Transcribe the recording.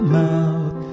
mouth